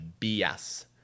BS